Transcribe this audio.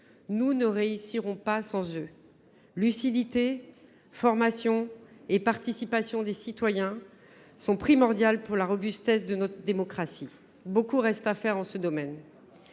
Nous ne réussirons pas sans eux. Lucidité, formation et participation des citoyens sont primordiales pour la robustesse de notre démocratie. Beaucoup reste à faire dans ce domaine.